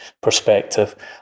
perspective